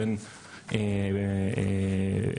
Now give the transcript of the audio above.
או אין אימות שלהן.